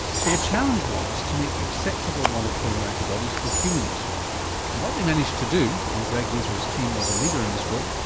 so the challenge was to make acceptable monoclonal antibodies for humans and what they managed to do and greg winter's team was a leader in this work,